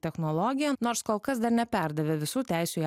technologiją nors kol kas dar neperdavė visų teisių į